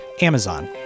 Amazon